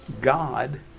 God